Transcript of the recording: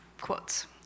quotes